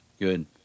Good